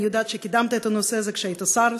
אני יודעת שקידמת את הנושא הזה כשהיית שר,